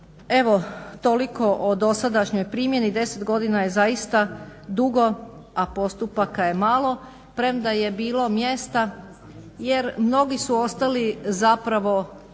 Evo toliko o dosadašnjoj primjeni, 10 godina je zaista dugo a postupaka je malo, premda je bilo mjesta jer mnogi su ostali zapravo